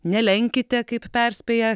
nelenkite kaip perspėja